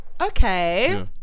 Okay